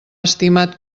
estimat